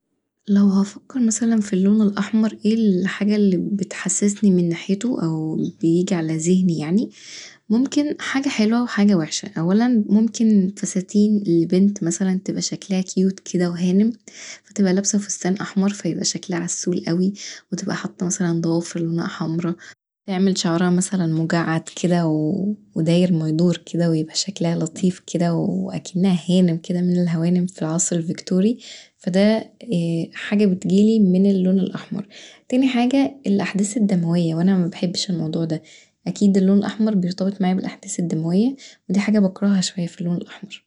لو هفكر مثلا في اللون الأحمر ايه الحاجه اللي بتحسسني من ناحيته او بيجي علي ذهني يعني ممكن حاجه حلوه وحاجه وحشه أولا ممكن فساتين للبنت مثلا تبقي شكلها كيوت كدا وهانم تبقي لابسه فستان احمر فيبقي شكلها عسول اوي وتبقي حاطه مثلا ضوافر لونها حمرا، تعمل شعرها مثلا مجعد كدا وداير ما يدور كدا ويبقي شكلها لطيف كدا وأكنها هانهم من الهوانم في العصر الفيكتوري فدا حاجه بتجيلي من اللون الأحمر تاني حاجه الأحداث الدمويه وانا مبحبش الموضوع دا، اكيد اللون الأحمر بيرتبط معايا بالأحداث الدمويه دي حاجه بكرهها شويه في اللون الأحمر.